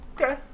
Okay